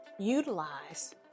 utilize